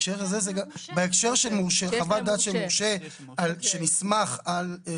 בהקשר של חוות דעת של מורשה שהעסק נסמך על המורשה.